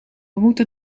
moeten